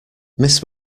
miss